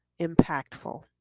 impactful